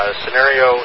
scenario